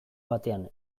batean